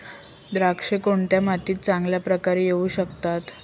द्राक्षे कोणत्या मातीत चांगल्या प्रकारे येऊ शकतात?